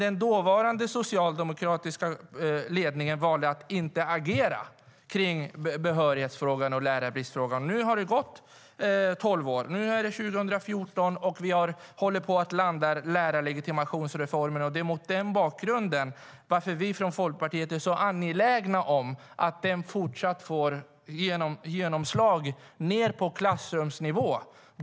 Den dåvarande socialdemokratiska ledningen valde att inte agera kring behörighetsfrågan och lärarbristfrågan. Nu har det gått tolv år - nu är det 2014 - och vi håller på att landa lärarlegitimationsreformen. Det är mot den bakgrunden som vi från Folkpartiet är så angelägna om att den fortsatt får genomslag ned på klassrumsnivå.